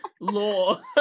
law